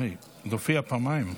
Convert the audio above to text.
הופיעה פעמיים,